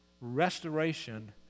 restoration